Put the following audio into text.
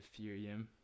Ethereum